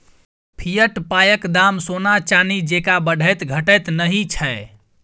fiat पायक दाम सोना चानी जेंका बढ़ैत घटैत नहि छै